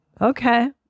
Okay